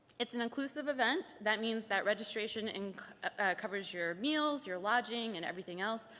it's an inclusive event, that means that registration and covers your meals, your lodging, and everything else,